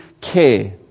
care